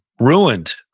ruined